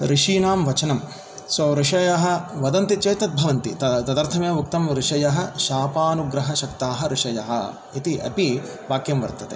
ऋषीणां वचनं सो ऋषयः वदन्ति चेत् तद्भवन्ति तदर्थमेव उक्तं ऋषयः शापानुग्रहशक्ताः ऋषयः इति अपि वाक्यं वर्तते